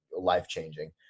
life-changing